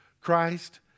Christ